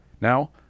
Now